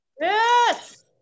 Yes